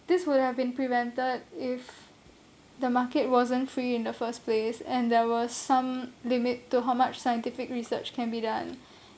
this would have been prevented if the market wasn't free in the first place and there were some limit to how much scientific research can be done